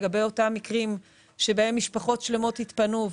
לגבי אותם מקרים שבהם משפחות שלמות התפנו.